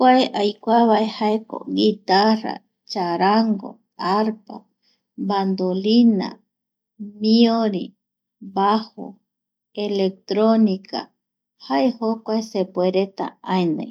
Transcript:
Kua aikuavae jaeko guitarra, charango, arpa, bandolina miori, bajo, electronica jae jokua sepuereta aenii